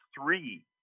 three